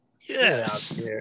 Yes